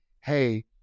hey